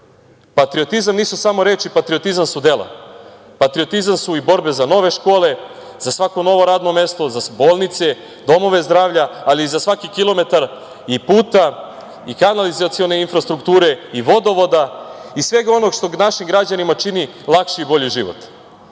Patriotizam nisu samo reči, patriotizam su dela. Patriotizam su i borbe za nove škole, za svako novo radno mesto, za bolnice, za domove zdravlja, ali i za svaki kilometar i puta i kanalizacione infrastrukture i vodovoda i svega onog što našim građanima čini bolji